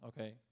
okay